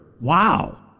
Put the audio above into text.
Wow